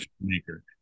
maker